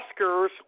Oscars